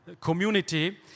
community